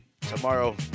tomorrow